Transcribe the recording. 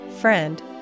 Friend